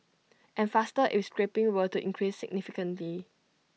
and faster if scrapping were to increase significantly